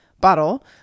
bottle